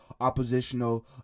oppositional